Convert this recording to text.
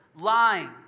lying